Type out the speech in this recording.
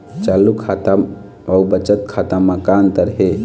चालू खाता अउ बचत खाता म का अंतर हे?